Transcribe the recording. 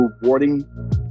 rewarding